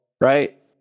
Right